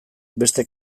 beste